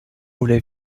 voulait